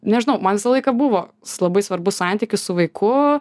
nežinau man visą laiką buvo labai svarbus santykis su vaiku